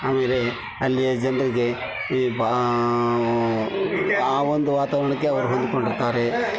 ಆಮೇಲೆ ಅಲ್ಲಿಯ ಜನರಿಗೆ ಈ ಬಾ ಆ ಒಂದು ವಾತಾವರಣಕ್ಕೆ ಅವ್ರು ಹೊಂದಿಕೊಂಡಿರ್ತಾರೆ